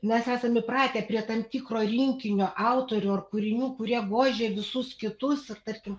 mes esam įpratę prie tam tikro rinkinio autorių ar kūrinių kurie gožė visus kitus ir tarkim